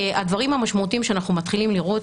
הדברים המשמעותיים שאנחנו מתחילים לראות,